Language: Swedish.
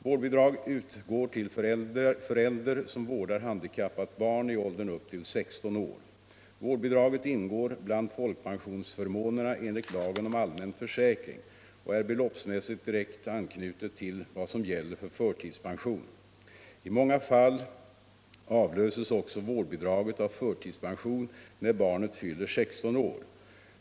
Vårdbidrag utgår till föräldrar som vårdar handikappat barn i åldern upp till 16 år. Vårdbidraget ingår bland folkpensionsförmånerna enligt lagen om allmän försäkring och är beloppsmässigt direkt anknutet till vad som gäller för förtidspension. I många fall avlöses också vårdbidraget av förtidspension när barnet fyller 16 år.